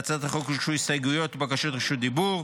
להצעת החוק הוגשו הסתייגויות ובקשות רשות דיבור.